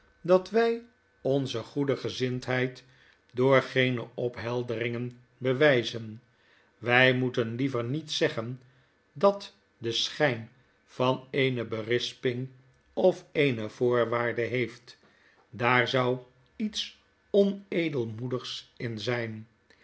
dat wy onze goede gezindheid door geene ophelderingen bewijzen wij moeten liever niets zeggen dat den schijn van eene berisping of eene voorwaarde heeft daar zou iets onedelmoedigs in zyn